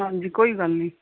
ਹਾਂਜੀ ਕੋਈ ਗੱਲ ਨਹੀਂ